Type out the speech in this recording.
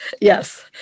Yes